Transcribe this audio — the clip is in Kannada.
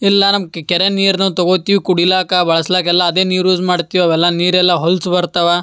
ಇಲ್ಲ ನಮ್ಮ ಕೆರೆ ನೀರ್ನು ತಗೊತೀವಿ ಕುಡಿಲಾಕ ಬಳ್ಸ್ಲಾಕೆ ಎಲ್ಲ ಅದೇ ನೀರು ಯೂಸ್ ಮಾಡ್ತೀವಿ ಅವೆಲ್ಲ ನೀರೆಲ್ಲ ಹೊಲ್ಸಿ ಬರ್ತಾವ